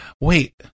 Wait